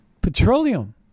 petroleum